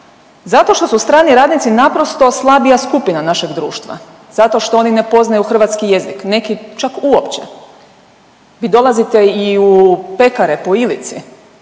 Zato što su strani radnici naprosto slabija skupina našeg društva, zato što oni ne poznaju hrvatski jezik, neki čak uopće. Vi dolazite i u pekare po Ilici